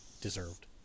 deserved